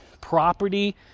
property